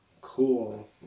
cool